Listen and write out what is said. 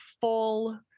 full